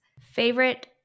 Favorite